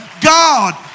God